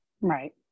Right